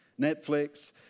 Netflix